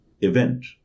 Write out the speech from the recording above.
event